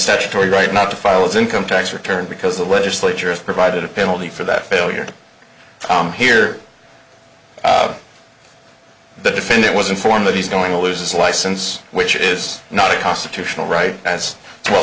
statutory right not to file is income tax return because the legislature has provided a penalty for that failure from here the defendant was informed that he's going to lose his license which it is not a constitutional right as well